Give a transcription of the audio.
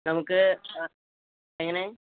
നമുക്ക് എങ്ങനെ